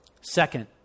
Second